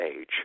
age